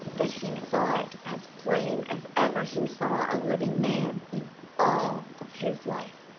that he saw it as plain as ever he saw a living man in all of his life.